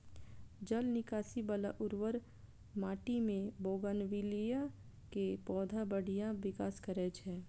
जल निकासी बला उर्वर माटि मे बोगनवेलिया के पौधा बढ़िया विकास करै छै